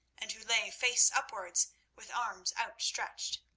and who lay face upwards with arms outstretched.